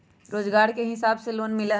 रोजगार के हिसाब से लोन मिलहई?